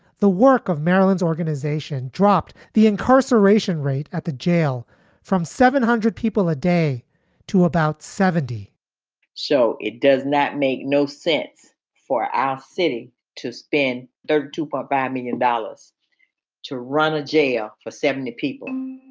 the work of maryland's organization dropped the incarceration rate at the jail from seven hundred people a day to about seventy point so it does not make no sense for our city to spin dirt to but bamming in dallas to run a jail for seventy people